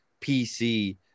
PC